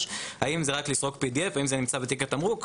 האם זה רק לסרוק PDF והאם זה נמצא בתיק התמרוק,